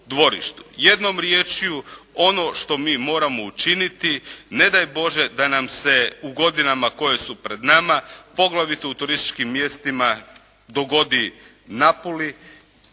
Jednom riječju, ono što mi moramo učiniti, ne daj Bože da nam se u godinama koje su pred nama poglavito u turističkim mjestima, dogodi Napuli